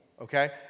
Okay